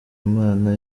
imana